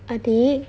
adik